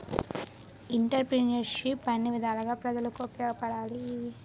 ఎంటర్ప్రిన్యూర్షిప్ను అన్ని విధాలుగా ప్రజలకు ఉపయోగపడాలి